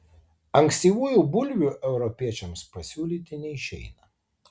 ankstyvųjų bulvių europiečiams pasiūlyti neišeina